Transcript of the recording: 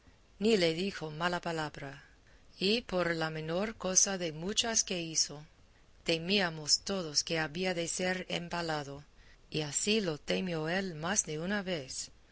ni le dijo mala palabra y por la menor cosa de muchas que hizo temíamos todos que había de ser empalado y así lo temió él más de una vez